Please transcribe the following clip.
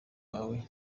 bawe